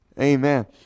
Amen